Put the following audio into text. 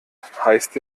heißt